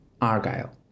Argyle